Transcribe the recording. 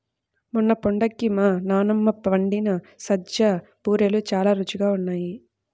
మొన్న పండక్కి మా నాన్నమ్మ వండిన సజ్జ బూరెలు చాలా రుచిగా ఉన్నాయి